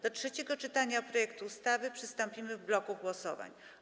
Do trzeciego czytania projektu ustawy przystąpimy w bloku głosowań.